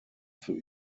für